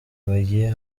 bagiye